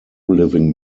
living